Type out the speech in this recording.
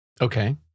okay